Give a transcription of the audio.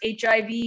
HIV